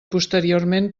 posteriorment